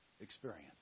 experience